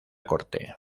corte